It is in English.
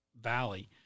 valley